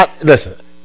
Listen